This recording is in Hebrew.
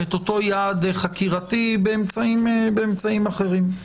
את אותו יעד חקירתי באמצעים אחרים.